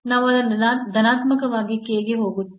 ನಾವು ಅದನ್ನು ಧನಾತ್ಮಕವಾಗಿ k ಗೆ ಹೊಂದಿದ್ದೇವೆ